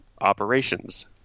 operations